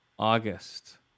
August